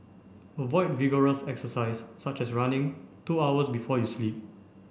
avoid vigorous exercise such as running two hours before you sleep